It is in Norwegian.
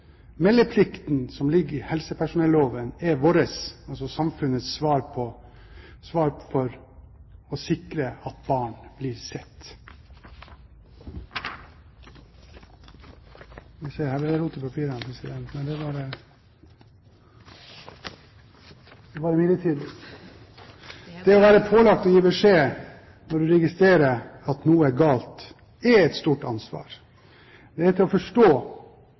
Meldeplikten som ligger i helsepersonelloven, er vårt – altså samfunnets – svar på hvordan vi skal sikre at barn blir sett. Det å være pålagt å gi beskjed når man registrerer at noe er galt, er et stort ansvar. Det er til å forstå